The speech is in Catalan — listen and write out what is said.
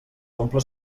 omple